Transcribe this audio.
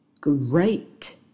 great